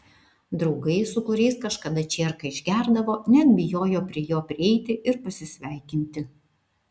draugai su kuriais kažkada čierką išgerdavo net bijojo prie jo prieiti ir pasisveikinti